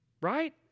Right